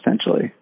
essentially